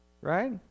right